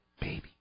baby